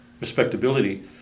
respectability